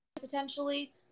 potentially